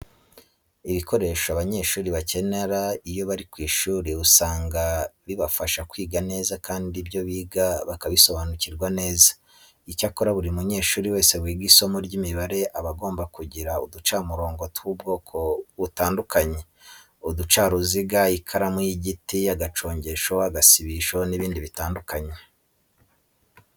Ibikoresho abanyeshuri bakenera iyo bari ku ishuri usanga bibafasha kwiga neza kandi ibyo biga bakabisobanukirwa neza. Icyakora buri munyeshuri wese wiga isomo ry'imibare aba agomba kugira uducamurongo tw'ubwoko butandukanye, uducaruziga, ikaramu y'igiti, agacongesho, agasibisho n'ibindi bitandukanye.